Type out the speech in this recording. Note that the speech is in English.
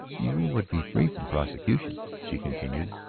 you would be free from prosecution, she continued,